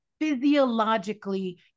physiologically